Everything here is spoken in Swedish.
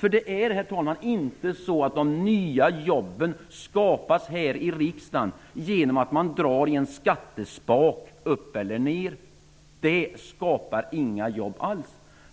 Det är nämligen inte så att de nya jobben skapas här i riksdagen genom att man drar upp eller ned i en skattespak. Det skapar inga jobb alls.